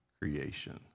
creation